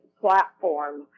platform